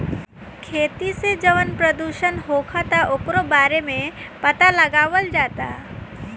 खेती से जवन प्रदूषण होखता ओकरो बारे में पाता लगावल जाता